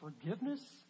forgiveness